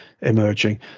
emerging